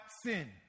sin